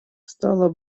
стало